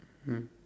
mm